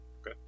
Okay